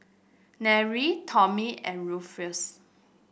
Nery Tommy and Rufus